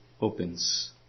opens